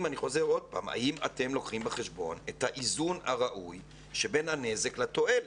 האם אתם לוקחים בחשבון את האיזון הראוי שבין הנזק לתועלת?